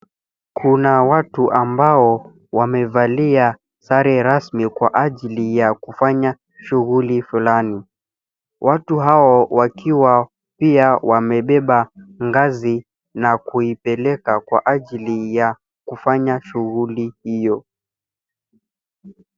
Kuna watu ambao wamevalia sare rasmi kwa ajili ya kufanya shuguli fulani. Watu hao wakiwa pia wamebeba ngazi na kuipeleka kwa ajili ya kufanya shuguli hiyo.